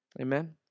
Amen